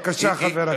בבקשה, חבר הכנסת.